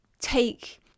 take